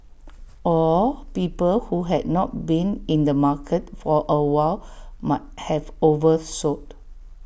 or people who had not been in the market for A while might have oversold